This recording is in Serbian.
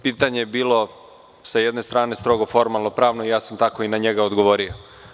Pitanje je bilo sa jedne strane strogo formalno-pravno i ja sam tako na njega i odgovorio.